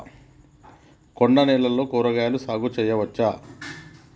కొండ నేలల్లో కూరగాయల సాగు చేయచ్చా?